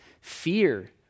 fear